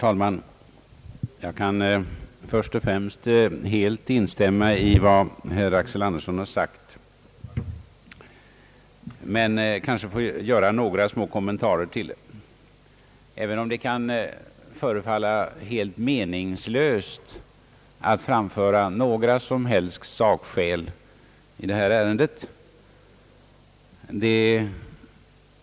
Herr talman! Jag kan helt instämma i vad herr Axel Andersson har sagt men får kanske ändå göra några kommentarer, även om det kan förefalla meningslöst att anföra några som helst sakskäl i detta ärende.